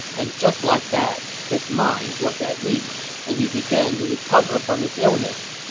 and just like that, his mind was at ease, and he began to recover from his illness.